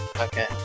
Okay